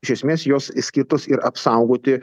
iš esmės jos skirtos ir apsaugoti